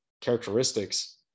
characteristics